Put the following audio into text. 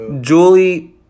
Julie